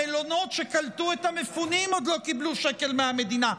המלונות שקלטו את המפונים עוד לא קיבלו שקל מהמדינה.